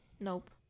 Nope